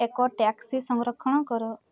ଏକ ଟ୍ୟାକ୍ସି ସଂରକ୍ଷଣ କର